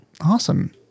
awesome